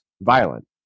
violent